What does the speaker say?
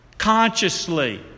consciously